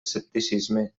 escepticisme